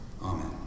Amen